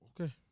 Okay